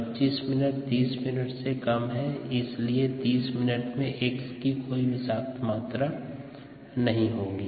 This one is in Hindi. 25 मिनट 30 मिनट से कम है इसलिए 30 मिनट में X की कोई विषाक्त मात्रा नहीं होगी